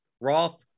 Roth